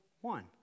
one